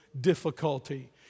Difficulty